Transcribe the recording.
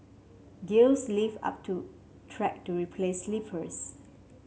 gear lifted up to track to replace sleepers